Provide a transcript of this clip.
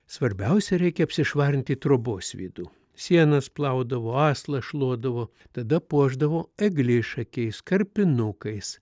svarbiausia reikia apsišvarinti trobos vidų sienas plaudavo aslą šluodavo tada puošdavo eglišakiais karpinukais